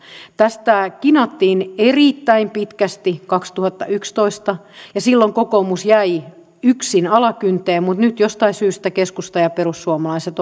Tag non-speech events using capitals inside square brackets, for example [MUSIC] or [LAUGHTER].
tästä kinattiin erittäin pitkästi kaksituhattayksitoista ja silloin kokoomus jäi yksin alakynteen mutta nyt jostain syystä keskusta ja perussuomalaiset [UNINTELLIGIBLE]